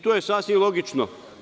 To je sasvim logično.